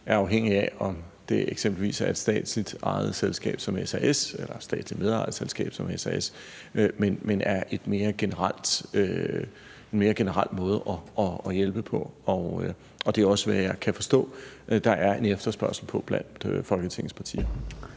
er afhængig af, om det eksempelvis er et statsligt ejet selskab som SAS, eller rettere et statsligt medejet selskab som SAS, men det skal være en mere generel måde at hjælpe på. Det er også det, jeg kan forstå der er en efterspørgsel på blandt Folketingets partier.